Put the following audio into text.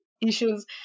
issues